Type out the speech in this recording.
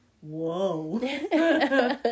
whoa